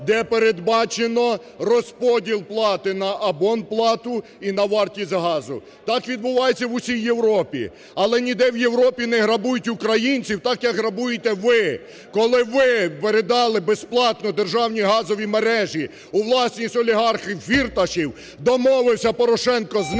де передбачено розподіл плати на абонплату і на вартість газу. Так відбувається в усій Європі. Але ніде в Європі не грабують українців так, як грабуєте ви, коли ви передали безплатно державні газові мережі у власність олігархів-фірташів, домовився Порошенко з ними,